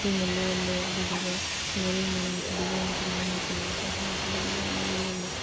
ꯑꯩꯈꯣꯏꯅ ꯂꯣꯜꯂꯦ ꯑꯗꯨꯗꯨꯒ ꯃꯔꯣꯏ ꯃꯅꯥ ꯐꯗꯤꯒꯣꯝ ꯇꯤꯜꯍꯧꯅꯆꯤꯡꯕꯁꯨ ꯍꯥꯞꯄꯒ ꯑꯗꯨꯃꯥꯏꯅ ꯂꯣꯜꯂꯦ